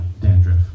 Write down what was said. dandruff